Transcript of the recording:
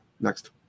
Next